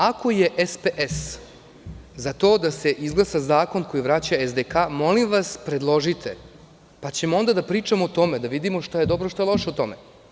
Ako je SPS za to da se izglasa zakon koji vraća SDK, molim vas, predložite pa ćemo onda da pričamo o tome, da vidimo šta je dobro, šta je loše u tome.